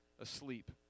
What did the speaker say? asleep